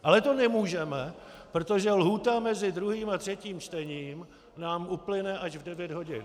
Ale to nemůžeme, protože lhůta mezi druhým a třetím čtením nám uplyne až v 9 hodin.